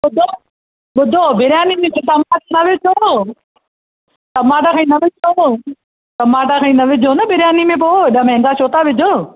ॿुधो ॿुधो बिरयानी में त टमाटा न विझो टमाटा भई न विझो टमाटा भई न विझो न बिरयानी में पोइ हेॾा महांगा छो था विझो